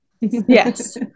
Yes